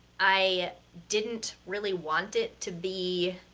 i didn't really want it to be,